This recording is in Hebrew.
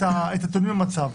הטיעונים למצב.